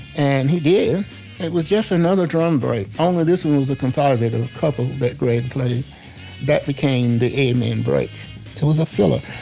and he did it was just another drum break, only this one was a composite of and a couple that greg played that became the amen break it was a filler.